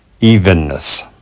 evenness